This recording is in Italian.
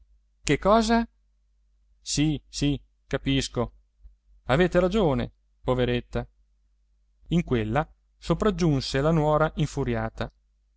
che cosa sì sì capisco avete ragione poveretta in quella sopraggiunse la nuora infuriata